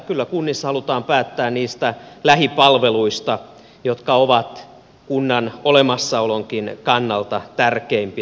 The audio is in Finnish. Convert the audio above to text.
kyllä kunnissa halutaan päättää niistä lähipalveluista jotka ovat kunnan olemassaolonkin kannalta tärkeimpiä